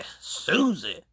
Susie